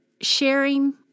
sharing